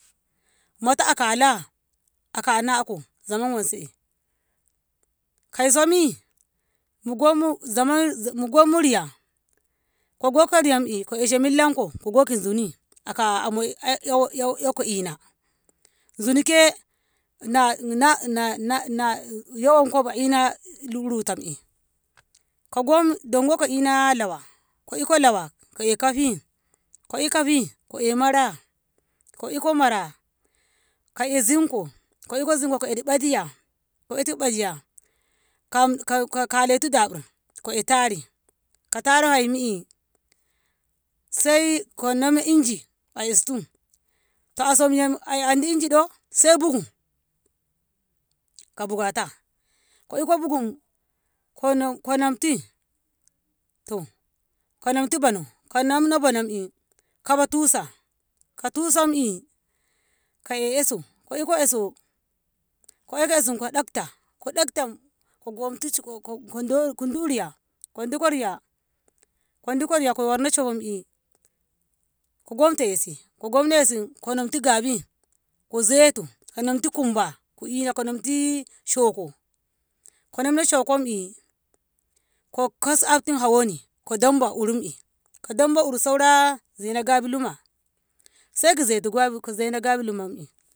Mato aka laa aka na'ako zaman wanse'e kaisomi mugonmu zaman mugonmu Riya ko gokko riyam'i ko ishe millanko ko go ki Zuni aka aka amoi 'ya 'yai ko Ina zunike na nah na- na- na- na yo wankobu Ina na rutam'i ko dongo ko ina lawa ko iko lawa ko'e kafi ko'e kafi ko 'yae Mara ko iko Mara ko'e zinko ko iko zinko ko idi ɓatiya ko itu 'bayyah Kam ka- ka- kaletu bayya ko'e tari ko tare haimi'i Sai ko nami inji a estu ka'aso Andi inji 'do Sai bugu kobugata ko iko bugu ko konamti to konamti bano ko namno banoi'e kaba tusa ko tusam'i ko'e eso ko iko eso ko'eko esom ko dakta ko daktam ko gomtu ko ko duriya koduko Riya ko namko shohom'i ko gamta yasi ko gomna yasi'e ko namtu Gabi ko zeto ko namtu kumba ko Ina ko namti iih shoko ko namno shokom'i ko kas haigim hawanni ko domba urum'i kodomba uru sauraaa Zena Gabi luma saiko Zeto ko zena.